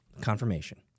Confirmation